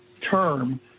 term